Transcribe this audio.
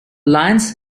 lions